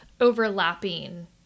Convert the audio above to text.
overlapping